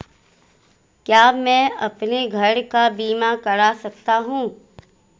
क्या मैं अपने घर का बीमा करा सकता हूँ?